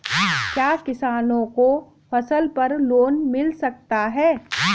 क्या किसानों को फसल पर लोन मिल सकता है?